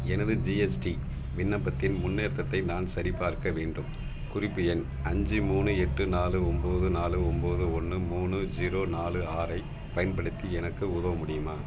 எனது ஜிஎஸ்டி விண்ணப்பத்தின் முன்னேற்றத்தை நான் சரிபார்க்க வேண்டும் குறிப்பு எண் அஞ்சு மூணு எட்டு நாலு ஒம்பது நாலு ஒம்பது ஒன்று மூணு ஜீரோ நாலு ஆறைப் பயன்படுத்தி எனக்கு உதவ முடியுமா